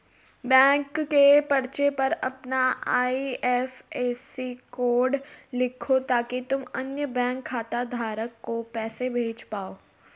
bank के पर्चे पर अपना आई.एफ.एस.सी कोड लिखो ताकि तुम अन्य बैंक खाता धारक को पैसे भेज पाओ